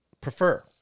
prefer